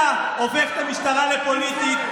אתה הופך את המשטרה לפוליטית.